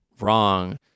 wrong